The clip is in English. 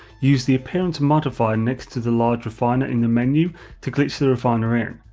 use the appearance modifier next to the large refiner in the menu to glitch the refiner in,